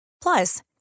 Plus